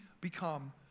become